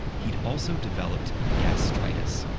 he'd also developed gastritis,